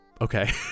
Okay